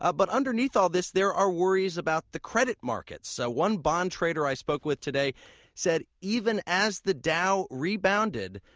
ah but underneath all this there are worries about the credit markets. so one bond trader i spoke with today said even as the dow rebounded,